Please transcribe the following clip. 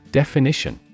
definition